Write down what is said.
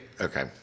okay